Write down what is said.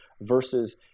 versus –